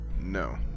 No